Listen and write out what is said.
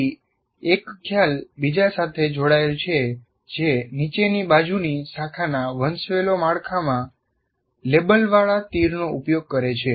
પછી એક ખ્યાલ બીજા સાથે જોડાયેલ છે જે નીચેની બાજુની શાખાના વંશવેલો માળખામાં લેબલવાળા તીરનો ઉપયોગ કરે છે